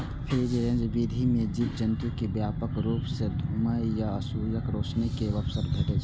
free range विधि मे जीव जंतु कें व्यापक रूप सं घुमै आ सूर्यक रोशनी के अवसर भेटै छै